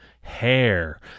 Hair